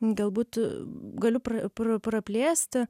galbūt a galiu pra pra praplėsti